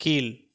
கீழ்